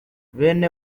bene